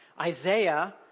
Isaiah